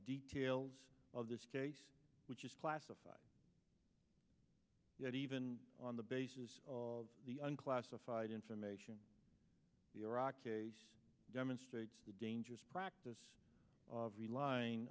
details of this case which is classified even on the basis of the un classified information the iraq case demonstrates the dangerous practice of relying